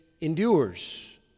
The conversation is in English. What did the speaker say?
endures